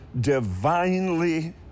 divinely